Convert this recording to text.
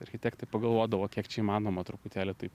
architektai pagalvodavo kiek čia įmanoma truputėlį taip